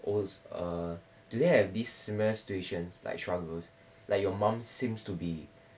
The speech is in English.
als~ err do they have this similar situations like struggles like your mom seems to be